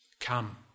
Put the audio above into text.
Come